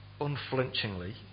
unflinchingly